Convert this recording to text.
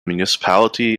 municipality